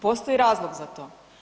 Postoji razlog za to.